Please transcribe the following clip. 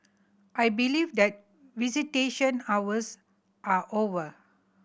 I believe that visitation hours are over